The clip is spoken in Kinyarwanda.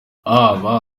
haba